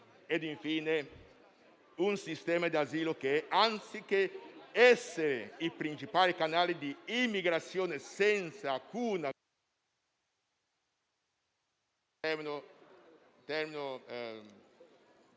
infine, un sistema di asilo che anziché essere il principale canale di immigrazione senza alcuna...